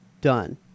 done